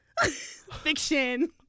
fiction